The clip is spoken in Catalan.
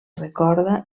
recorda